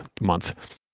month